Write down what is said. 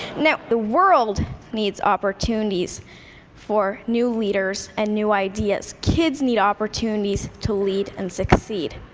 now, the world needs opportunities for new leaders and new ideas. kids need opportunities to lead and succeed.